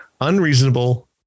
unreasonable